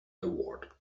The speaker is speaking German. award